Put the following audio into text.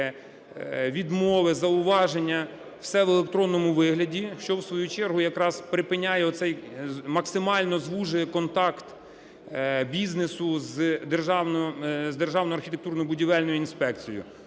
відмови, зауваження – все в електронному вигляді, що в свою чергу якраз припиняє оцей, максимально звужує контакт бізнесу з Державною архітектурно-будівельною інспекцією.